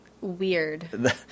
Weird